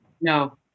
No